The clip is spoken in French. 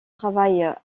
travail